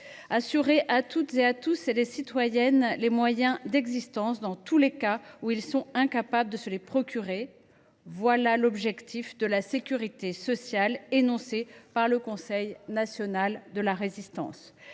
les citoyennes et à tous les citoyens « des moyens d’existence, dans tous les cas où ils sont incapables de se les procurer »: c’est l’objectif de la sécurité sociale, tel qu’énoncé par le Conseil national de la Résistance.